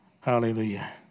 Hallelujah